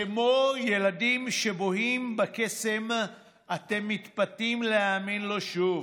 כמו ילדים שבוהים בקסם אתם מתפתים להאמין לו שוב,